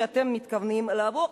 שאתם מתכוונים להעביר.